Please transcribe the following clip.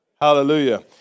Hallelujah